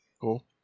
Cool